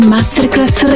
Masterclass